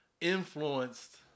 influenced